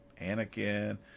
Anakin